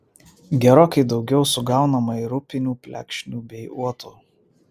gerokai daugiau sugaunama ir upinių plekšnių bei uotų